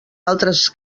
altres